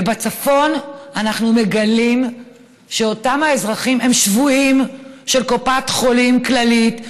ובצפון אנחנו מגלים שאותם האזרחים הם שבויים של קופת חולים כללית,